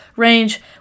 range